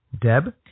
Deb